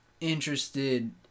interested